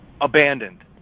abandoned